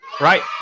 Right